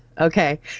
Okay